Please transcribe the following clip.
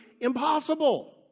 impossible